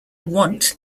want